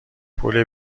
پول